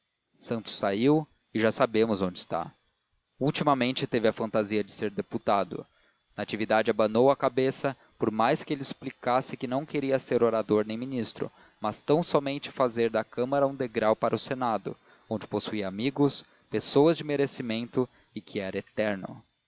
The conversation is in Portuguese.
santos saiu e já sabemos onde está ultimamente teve a fantasia de ser deputado natividade abanou a cabeça por mais que ele explicasse que não queria ser orador nem ministro mas tão somente fazer da câmara um degrau para o senado onde possuía amigos pessoas de merecimento e que era eterno